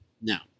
Now